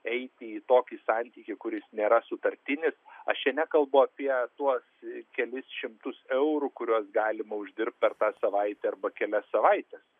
eiti į tokį santykį kuris nėra sutartinis aš čia nekalbu apie tuos kelis šimtus eurų kuriuos galima uždirbt per tą savaitę arba kelias savaites